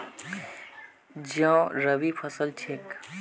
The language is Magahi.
जौ रबी फसल छिके